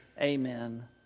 Amen